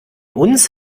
uns